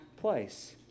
place